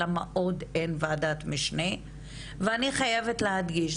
למה אין עוד וועדת משנה ואני חייבת להדגיש,